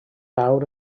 nawr